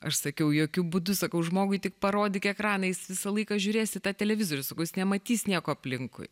aš sakiau jokiu būdu sakau žmogui tik parodyk ekraną jis visą laiką žiūrės į tą televizorių sakau jis nematys nieko aplinkui